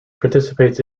participates